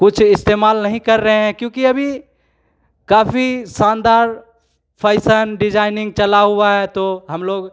कुछ इस्तेमाल नहीं कर रहे हैं क्योंकि अभी काफ़ी शानदार फैशन डिजाइनिंग चला हुआ है तो हम लोग